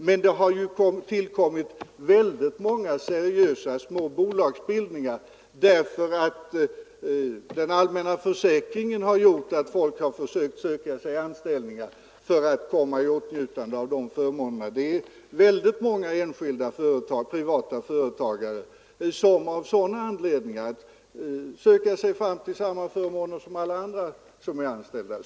Men det har också förekommit många seriösa småbolagsbildningar, eftersom många människor på det sättet försökt komma i åtnjutande av samma förmåner som den allmänna försäkringen ger de anställda.